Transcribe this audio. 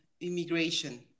immigration